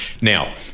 Now